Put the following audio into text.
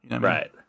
right